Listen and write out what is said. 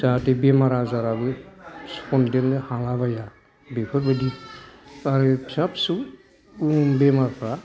जाहाथे बेराम आजाराबो सनदेरनो हालाबाया बेफोरबादि माखासे फिसा फिसौ उन बेरामफ्रा